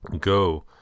Go